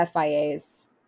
FIA's